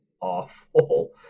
awful